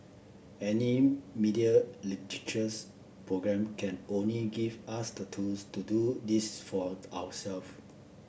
any media programme can only give us the tools to do this for our self